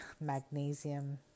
magnesium